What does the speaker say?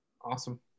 Awesome